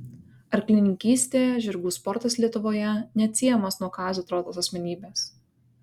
arklininkystė žirgų sportas lietuvoje neatsiejamas nuo kazio trotos asmenybės